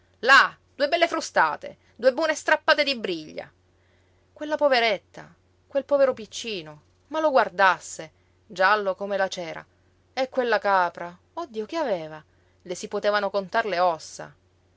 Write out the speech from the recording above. là due belle frustate due buone strappate di briglia quella poveretta quel povero piccino ma lo guardasse giallo come la cera e quella capra oh dio che aveva le si potevano contar le ossa